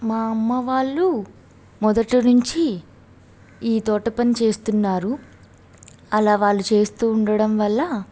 మా అమ్మ వాళ్లు మొదటి నుంచి ఈ తోట పని చేస్తున్నారు అలా వాళ్ళు చేస్తూ ఉండడం వల్ల